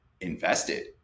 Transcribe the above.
invested